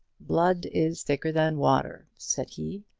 blood is thicker than water, said he.